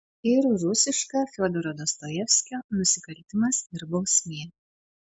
ir rusiška fiodoro dostojevskio nusikaltimas ir bausmė